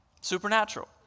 supernatural